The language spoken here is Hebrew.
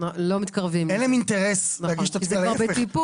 אין להם אינטרס להגיש את התביעה.